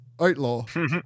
Outlaw